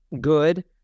good